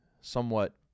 somewhat